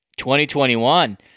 2021